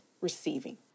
receiving